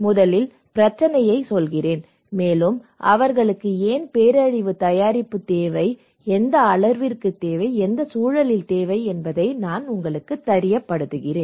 முதலில் பிரச்சினையைச் சொல்கிறேன் மேலும் அவர்களுக்கு ஏன் பேரழிவு தயாரிப்பு தேவை எந்த அளவிற்கு எந்த சூழலில் தேவை என்பதை நான் உங்களுக்குத் தெரியப்படுத்துகிறேன்